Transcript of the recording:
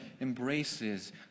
embraces